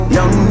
Young